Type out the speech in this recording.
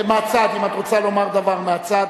מהצד, אם את רוצה להגיד דבר, מהצד.